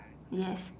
yes